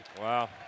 Wow